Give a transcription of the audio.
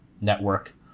network